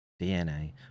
DNA